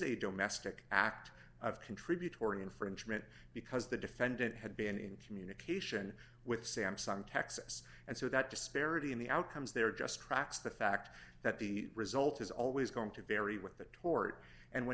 a domestic act of contributory infringement because the defendant had been in communication with samsung texas and so that disparity in the outcomes there just tracks the fact that the result is always going to vary with the tort and when